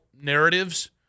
narratives